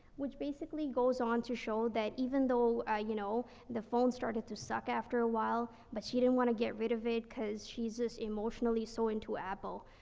which basically goes on to show that even though, ah, you know, the phone started to suck after a while, but she didn't wanna get rid of it cause she's just emotionally so into apple.